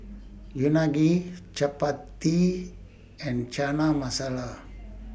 Unagi Chapati and Chana Masala